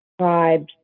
tribes